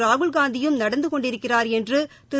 ராகுல்காந்தியும் நடந்து கொண்டிருக்கிறார் என்று திரு